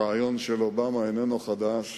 הרעיון של אובמה איננו חדש.